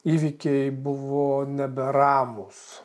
įvykiai buvo neberamūs